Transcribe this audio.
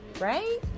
right